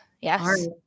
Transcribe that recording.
Yes